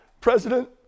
president